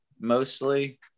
mostly